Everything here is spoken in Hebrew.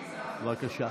בבקשה.